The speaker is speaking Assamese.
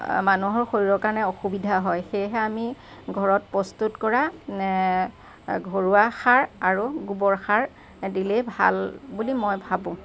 মানুহৰ শৰীৰৰ কাৰণে অসুবিধা হয় সেয়েহে আমি ঘৰত প্ৰস্তুত কৰা ঘৰুৱা সাৰ আৰু গোবৰ সাৰ এ দিলেই ভাল বুলি মই ভাবোঁ